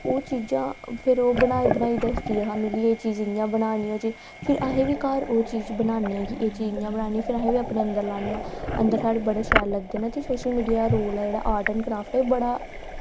ते एह् चीज़ां फिर ओह् बनाई बनाई दस्सदे ते मिलियै एह् चीज़ असें इंया बनानी ऐ ते फिर अस बी एह् चीज़ घर बनाने ते फिर अपने अंदर लाने ते अंदर साढ़े बहोत शैल लगदे ते एह् सोशल मीडिया दा बड़ा बड्डा रोल ऐ ऑर्ट एंड क्रॉफ्ट च बड़ा